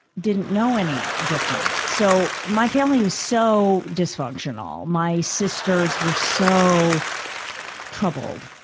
didn't know any different. so, my family was so dysfunctional. my sisters were so troubled.